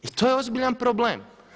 I to je ozbiljan problem.